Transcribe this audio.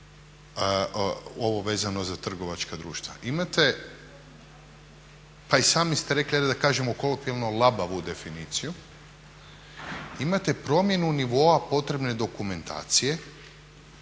ovo vezano za trgovačka društva. Imate pa i sami ste rekli ajde da kažemo kolokvijalno labavu definiciju, imate promjenu nivoa potrebne dokumentacije